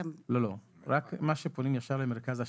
לא, לא, רק מה שפונים ישר למרכז ההשתלות.